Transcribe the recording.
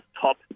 top